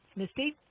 misty?